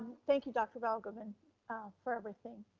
thank you, dr. balgobin ah for everything.